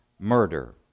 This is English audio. murder